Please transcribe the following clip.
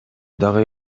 дагы